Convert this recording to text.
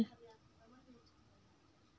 Google pay QR द्वारा कैसे रूपए भेजें?